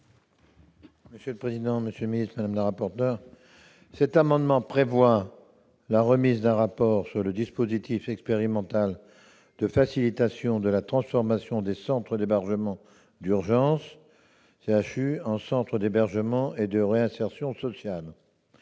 ainsi libellé : La parole est à M. Alain Fouché. Cet amendement prévoit la remise d'un rapport sur le dispositif expérimental de facilitation de la transformation des centres d'hébergement d'urgence, les CHU, en centres d'hébergement et de réinsertion sociale,